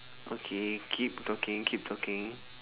okay keep talking keep talking